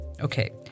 Okay